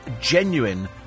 genuine